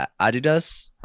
adidas